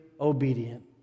obedient